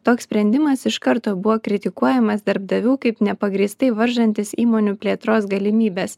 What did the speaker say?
toks sprendimas iš karto buvo kritikuojamas darbdavių kaip nepagrįstai varžantis įmonių plėtros galimybes